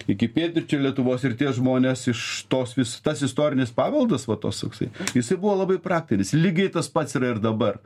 iki pietryčių lietuvos ir tie žmonės iš tos vis tas istorinis paveldas va tas toksai jisai buvo labai praktinis lygiai tas pats yra ir dabar